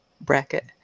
bracket